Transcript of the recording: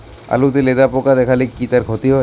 আলুতে লেদা পোকা দেখালে তার কি ক্ষতি হয়?